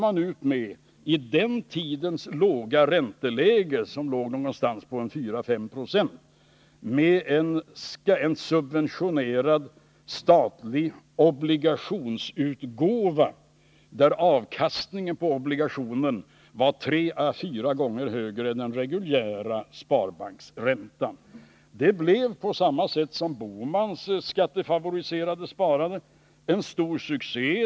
Min företrädare i ämbetet tyckte att det kunde vara värt att försöka locka folk att spara — ungefär vad herr Bohman nu försöker. Avkastningen på obligationen var tre å fyra gånger högre än den reguljära sparbanksräntan. Det blev, på samma sätt som Gösta Bohmans skattefavoriserade sparande, en stor succé.